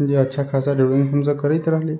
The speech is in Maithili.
जे अच्छा खासा ड्रॉइंग हमसब करैत रहली